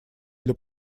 для